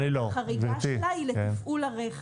החריגה שלה היא לתפעול הרכב.